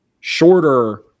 shorter